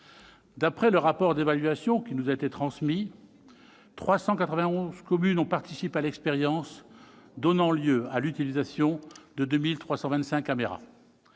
D'après le rapport d'évaluation qui nous a été transmis, 391 communes ont participé à l'expérience, donnant lieu à l'utilisation de 2 325 caméras.